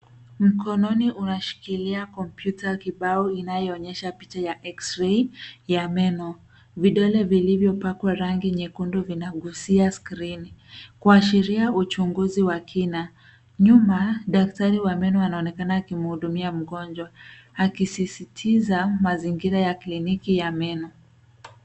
Mkono unashikilia kompyuta kibao, inayoonyesha picha ya [cs? X-ray ya meno. Vidole viivyopakwa rangi nyekundu, vinagusia skrini, kuashiria uchunguzi wa kina. Nyuma, daktari wa meno, anaonekana akimuhudumia mgonjwa, akisisitiza mazingira ya kliniki ya meno.